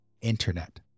internet